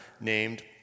named